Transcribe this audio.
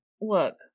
look